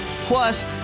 Plus